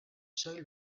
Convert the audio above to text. soil